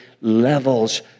levels